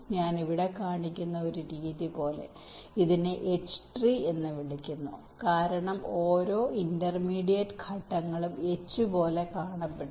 ഞാൻ ഇവിടെ കാണിക്കുന്ന ഒരു രീതി പോലെ ഇതിനെ H ട്രീ എന്ന് വിളിക്കുന്നു കാരണം ഓരോ ഇന്റർമീഡിയറ്റ് ഘട്ടങ്ങളും H പോലെ കാണപ്പെടുന്നു